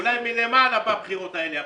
אולי מלמעלה בוא הבחירות האלה עכשיו.